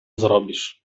zrobisz